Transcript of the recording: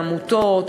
בעמותות,